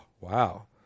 wow